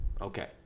Okay